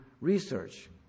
Research